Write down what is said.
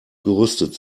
gerüstet